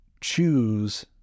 choose